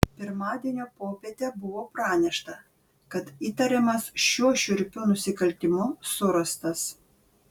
pirmadienio popietę buvo pranešta kad įtariamas šiuo šiurpiu nusikaltimu surastas